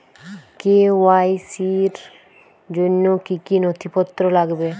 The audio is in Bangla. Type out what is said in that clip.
কে.ওয়াই.সি র জন্য কি কি নথিপত্র লাগবে?